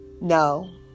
No